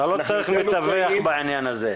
אתה לא צריך לתווך בעניין הזה.